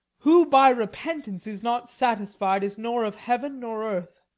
who by repentance is not satisfied is nor of heaven nor earth,